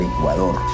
Ecuador